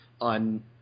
on